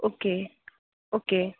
okay okay